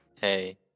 Hey